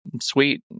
sweet